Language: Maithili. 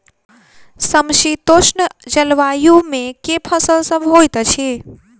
समशीतोष्ण जलवायु मे केँ फसल सब होइत अछि?